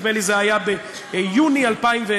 נדמה לי שזה היה ביוני 2010,